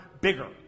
bigger